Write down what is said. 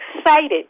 excited